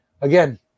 again